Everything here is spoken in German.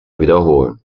wiederholen